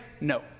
No